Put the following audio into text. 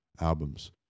albums